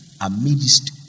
amidst